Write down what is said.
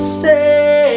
say